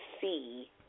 see